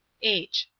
h.